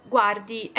Guardi